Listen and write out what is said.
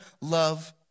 love